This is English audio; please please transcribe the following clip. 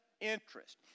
interest